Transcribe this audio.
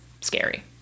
scary